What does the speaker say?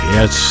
Yes